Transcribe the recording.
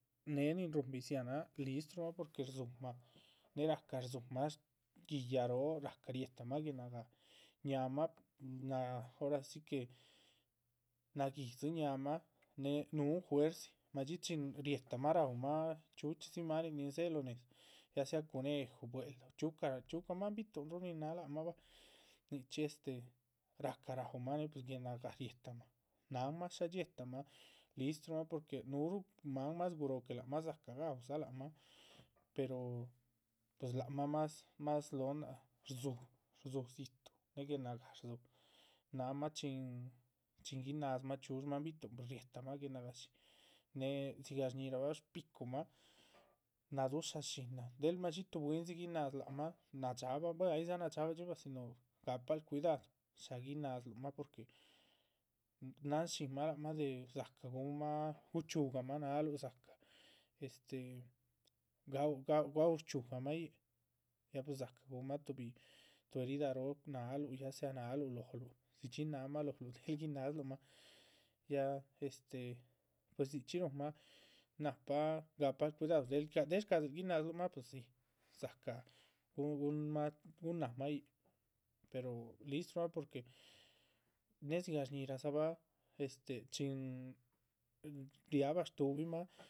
Néhe nin rúhun biziáha náha listrumah porque rdzúhumah néh rahca rdzúhumah guiyaaꞌ róho ya riéhetamah guenágah ñáahama náh, ora sí que nagídzi ñáahamah. néh núhun juerzi, mádxi chin rihétamah raumah chxíu chxí dzi máhanin nin dzéhe lóho nédza, ya sea cuneju bwel´da chxíucah chxíucah máan bi´tuhn nin náha lác mah. bah nichxí este ráhca raúmah ya pues guenágah riéhe tamah náhanmah shá dxiétamah, listrumah porque núhuru máan mas guróho que lác mah dzácah gaúdza lácmah. pero pues lac mah mas mas slóhon náhac rdzúh rdzúh dzítuh néh guenagáha rdzúh náhanmah chin chin guinádzumah chxíush máan bi´tuhn´pues riéhetamah guena gáh shín. néhe dzigah shñíhirabah shpicumah nadúsha shínahan, del más xiitu buihindzi guinádzu lác mah, na’ dxaaba buen aydza na’ dxaabadxi si no gahpal cuidadu. shá guinazluh mah porque náhan shinmah lác mah de dzácah gúhunmah guchxíugah mah náahaluh dzácah este gaú gaú shchxíugahma yíc, ya pues dzácah gúhunmah tuhbi tuh herida. róho, náahaluh ya sea náahaluh lóhluh, dzidxín náahamah lóhluh del gináhadzuluh mah ya este pues dzichxí ruhunmah nahpa gahpal cuidadu del shcadxiluh. gináhadzuluh mah pues sí dzácahn gu guhunmah guhun ná mah yíc, pero listrumah porque, néh dzigah shñíhiradzabah este chin riábah shtuhubimah